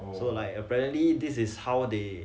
so like apparently this is how they